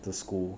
to school